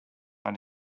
eine